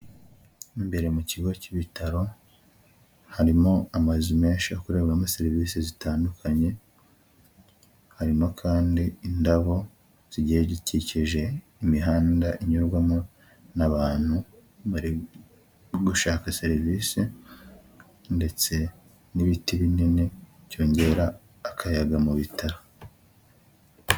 Imbere mu kigo cy'ibitaro harimo amazu menshi akorebwamo serivisi zitandukanye, harimo kandi indabo zigiye zikikije imihanda inyurwamo n'abantu bari gushaka serivisi ndetse n'ibiti binini byongera akayaga mu bitaro.